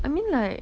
I mean like